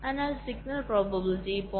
അതിനാൽ signal probability 0